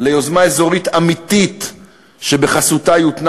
ליוזמה אזורית אמיתית שבחסותה יותנע